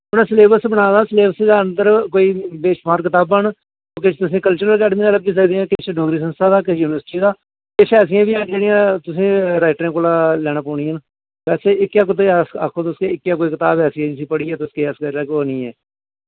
उ'नें सलेबस बनाए दा सलेबस दे अंदर कोई बेशुमार कताबां न ओह् किश तुसें कल्चरल अकैडमी दा लब्भी सकदियां किश डोगरी संस्था दा किश यूनिवर्सिटी दा किश ऐसियां बी हैन जेहड़ियां तुसें राइटरें कोला लैने पौनियां न बैसे इक्कै कुतै आखो तुस के इक्कै कोई कताब ऐसी ऐ जिसी पढ़ियै तुस ते के ऐस्स करी लैगेओ ओह् निं ऐ